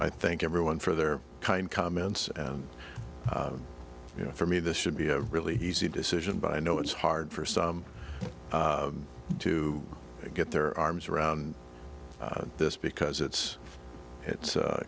i thank everyone for their kind comments and you know for me this should be a really easy decision by i know it's hard for some to get their arms around this because it's it's